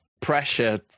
pressure